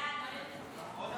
ההצעה